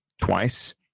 twice